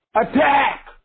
attack